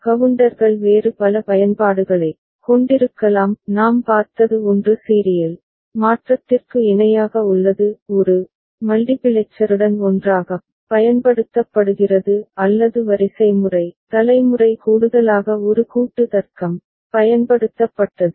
கவுண்டர்கள் வேறு பல பயன்பாடுகளைக் கொண்டிருக்கலாம் நாம் பார்த்தது ஒன்று சீரியல் மாற்றத்திற்கு இணையாக உள்ளது ஒரு மல்டிபிளெக்சருடன் ஒன்றாகப் பயன்படுத்தப்படுகிறது அல்லது வரிசைமுறை தலைமுறை கூடுதலாக ஒரு கூட்டு தர்க்கம் பயன்படுத்தப்பட்டது